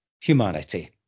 humanity